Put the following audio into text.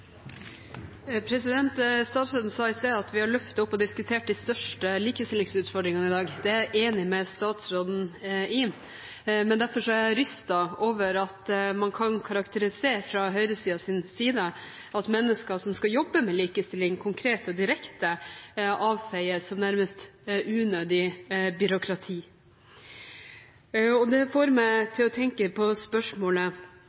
Statsråden sa i sted at vi har løftet opp og diskutert de største likestillingsutfordringene i dag. Det er jeg enig med statsråden i. Derfor er jeg rystet over at man fra høyresiden kan karakterisere det slik at mennesker som skal jobbe med likestilling konkret og direkte, avfeies som nærmest unødig byråkrati. Det får meg